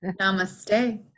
namaste